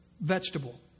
vegetable